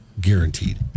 guaranteed